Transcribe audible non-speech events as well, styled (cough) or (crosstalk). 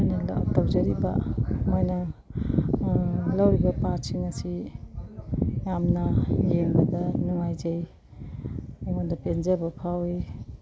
(unintelligible) ꯇꯧꯖꯔꯤꯕ ꯃꯣꯏꯅ ꯂꯧꯔꯤꯕ ꯄꯥꯔꯠꯁꯤꯡ ꯑꯁꯤ ꯌꯥꯝꯅ ꯌꯦꯡꯕꯗ ꯅꯨꯡꯉꯥꯏꯖꯩ ꯑꯩꯉꯣꯟꯗ ꯄꯦꯟꯖꯕ ꯐꯥꯎꯏ